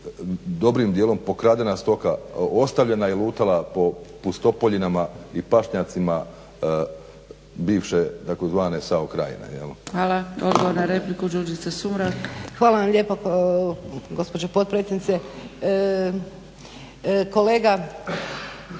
dobrim dijelom pokradena stoka ostavljena je lutala po pustopoljinama i pašnjacima bivše, tzv. sao krajine.